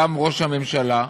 גם ראש הממשלה,